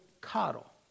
coddle